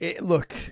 Look